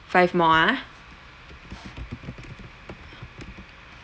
five more ah